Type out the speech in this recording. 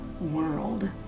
world